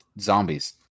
Zombies